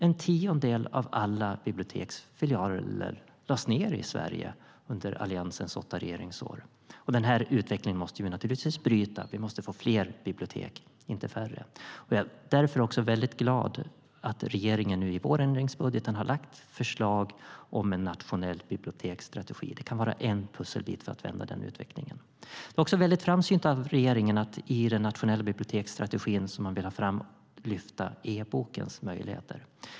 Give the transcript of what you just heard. En tiondel av alla biblioteksfilialer i Sverige lades ned under Alliansens åtta regeringsår. Den utvecklingen måste vi naturligtvis bryta. Vi måste få fler bibliotek, inte färre. Jag är därför väldigt glad att regeringen i vårändringsbudgeten har lagt fram förslag om en nationell biblioteksstrategi. Det kan vara en pusselbit för att vända utvecklingen. Det är också framsynt av regeringen att i den nationella biblioteksstrategin lyfta fram e-bokens möjligheter.